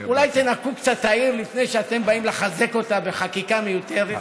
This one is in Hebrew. אולי תנקו קצת את העיר לפני שאתם באים לחזק אותה בחקיקה מיותרת.